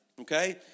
okay